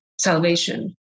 salvation